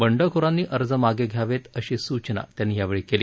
बंडखोरांनी अर्ज मागे घ्यावेत अशी सूचना त्यांनी यावेळी केली